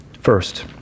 First